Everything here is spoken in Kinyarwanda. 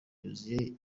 yuzuye